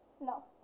No